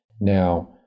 Now